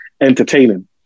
entertaining